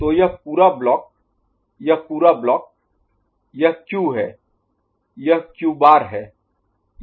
तो यह पूरा ब्लॉक यह पूरा ब्लॉक यह Q है यह Q बार Q' है